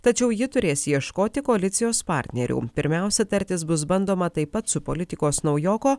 tačiau ji turės ieškoti koalicijos partnerių pirmiausia tartis bus bandoma taip pat su politikos naujoko